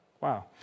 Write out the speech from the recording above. Wow